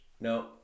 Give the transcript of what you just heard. No